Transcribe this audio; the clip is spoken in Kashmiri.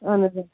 اَہَن حظ آ